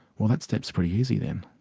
well, that step is pretty easy there.